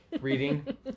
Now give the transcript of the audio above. reading